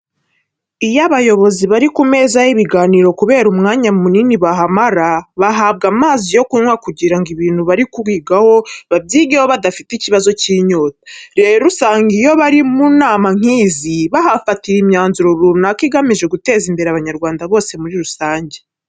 Iyo abayobozi bari ku meza y'ibiganiro kubera umwanya munini bahamara bahabwa amazi yo kunywa kugira ngo ibintu bari kwigaho babyigeho badafite ikibazo cy'inyota. Rero usanga iyo bari mu nama nk'izi bahafatira imyanzuro runaka igamije guteza imbere Abanyarwanda bose muri rusange.